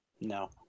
No